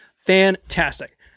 fantastic